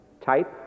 Type